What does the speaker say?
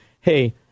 hey